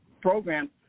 program